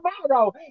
tomorrow